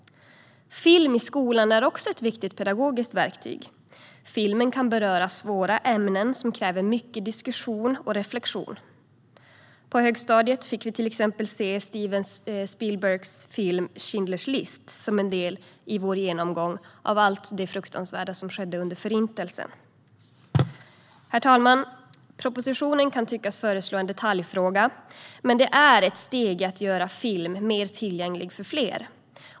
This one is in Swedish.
Film i skolan är också ett viktigt pedagogiskt verktyg. Filmen kan beröra svåra ämnen som kräver mycket diskussion och reflektion. På högstadiet fick vi till exempel se Steven Spielbergs Schindler's List som en del i vår genomgång av allt det fruktansvärda som skedde under Förintelsen. Herr talman! Propositionen kan tyckas föreslå en detaljfråga, men det är ett steg i att göra film mer tillgänglig för fler.